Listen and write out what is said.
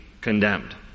condemned